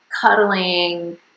cuddling